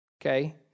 okay